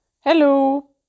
Hello